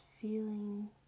feeling